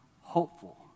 Hopeful